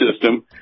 system